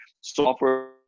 software